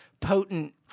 potent